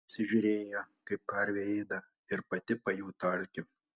pasižiūrėjo kaip karvė ėda ir pati pajuto alkį